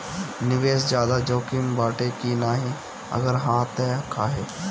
निवेस ज्यादा जोकिम बाटे कि नाहीं अगर हा तह काहे?